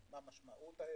מה משמעותו,